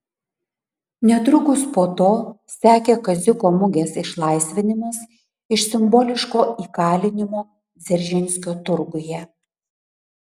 netrukus po to sekė kaziuko mugės išlaisvinimas iš simboliško įkalinimo dzeržinskio turguje